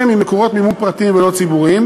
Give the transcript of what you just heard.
ממקורות מימון פרטיים ולא ציבוריים,